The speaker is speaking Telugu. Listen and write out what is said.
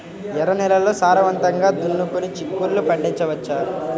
ఎర్ర నేలల్లో సారవంతంగా దున్నుకొని చిక్కుళ్ళు పండించవచ్చు